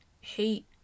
hate